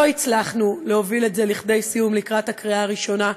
לא הצלחנו להוביל את זה לסיום לקראת הקריאה הראשונה.